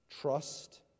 Trust